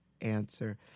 answer